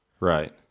Right